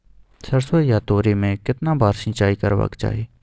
सरसो या तोरी में केतना बार सिंचाई करबा के चाही?